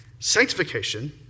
Sanctification